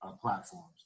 platforms